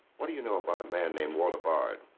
what do you know about a man named walter bard?